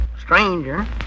Stranger